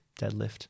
deadlift